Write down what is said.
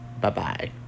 Bye-bye